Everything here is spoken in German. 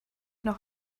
noch